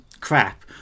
crap